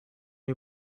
you